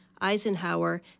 Eisenhower